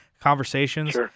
conversations